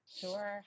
Sure